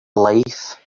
life